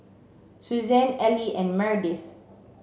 Suzanne Allie and Meredith